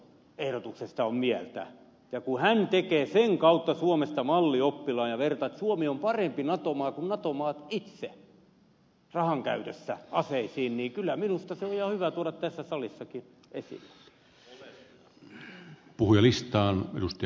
ja kun hän tekee sen kautta suomesta mallioppilaan ja vertaa että suomi on parempi nato maa kuin nato maat itse rahankäytössä aseisiin kyllä minusta se on ihan hyvä tuoda tässä salissakin esille